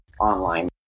online